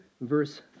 verse